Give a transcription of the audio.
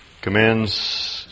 commands